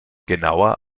genauer